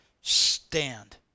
stand